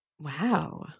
wow